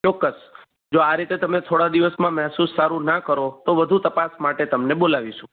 ચોક્કસ જો આ રીતે તમે થોડા દિવસમાં મહેસુસ સારું ના કરો તો વધુ તપાસ માટે તમને બોલાવીશું